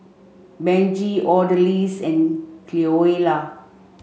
Benji Odalys and Cleola